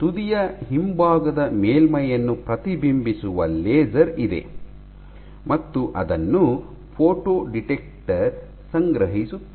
ತುದಿಯ ಹಿಂಭಾಗದ ಮೇಲ್ಮೈಯನ್ನು ಪ್ರತಿಬಿಂಬಿಸುವ ಲೇಸರ್ ಇದೆ ಮತ್ತು ಅದನ್ನು ಫೋಟೋ ಡಿಟೆಕ್ಟರ್ ಸಂಗ್ರಹಿಸುತ್ತದೆ